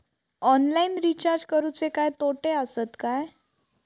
Online recharge करुचे काय तोटे आसत काय?